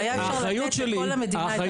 אם אפשר היה לתת לכל המדינה את הכל --- האחריות